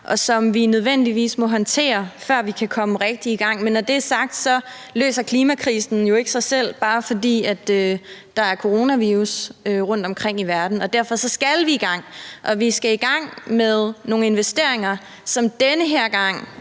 og som vi nødvendigvis må håndtere, før vi kan komme rigtig i gang. Men når det er sagt, løser klimakrisen jo ikke sig selv, bare fordi der er coronavirus rundtomkring i verden – og derfor skal vi i gang. Og vi skal i gang med nogle investeringer, som den her gang